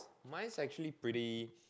mine's actually pretty